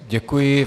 Děkuji.